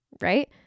right